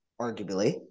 arguably